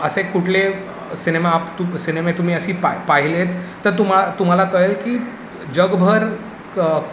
असे कुठले सिनेमा तु सिनेमे तुम्ही अशी पाई पाहिलेत तर तुमा तुम्हाला कळेल की जगभर क